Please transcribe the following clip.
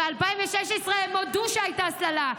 ב-2016 הם הודו שהייתה הסללה,